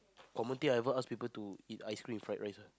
common thing I ever ask people to eat ice cream fried rice ah